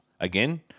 again